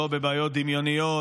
לא בבעיות דמיוניות,